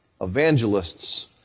evangelists